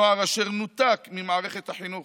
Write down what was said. נוער אשר נותק ממערכת החינוך,